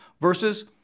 versus